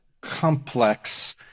complex